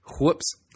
whoops